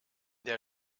der